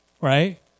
right